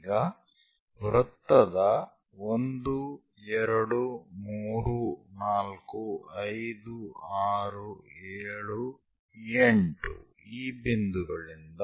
ಈಗ ವೃತ್ತದ 1 2 3 4 5 6 7 8 ಈ ಬಿಂದುಗಳಿಂದ